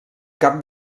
cap